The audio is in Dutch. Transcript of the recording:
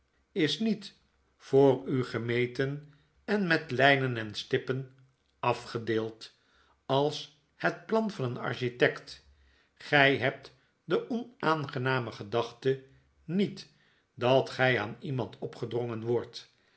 is niet voor u gemeten en met lijnen en stippen afgedeeld als het plan van een architect g heht de onaangename gedachte niet dat gy aan iemand opgedrongen wordt